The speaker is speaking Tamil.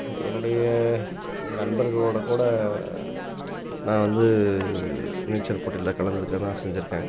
என்னுடைய நண்பர்களோடக்கூட நான் வந்து நீச்சல் போட்டியில கலந்துருக்க தான் செஞ்சுருக்கேன்